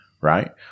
Right